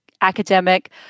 academic